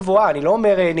אני לא חושב שזה תחום הידע שלך.